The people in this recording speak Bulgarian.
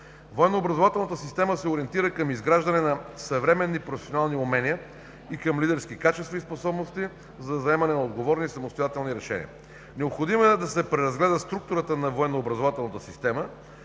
се ориентира към изграждане на съвременни професионални умения и към лидерски качества и способности за заемане на отговорни и самостоятелни решения. Необходимо е да се преразгледа структурата на